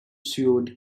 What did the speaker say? sued